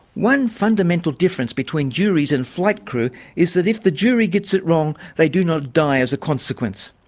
one fundamental difference between juries and flight crew is that if the jury gets it wrong, they do not die as a consequence.